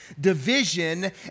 division